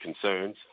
concerns